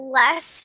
less